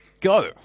Go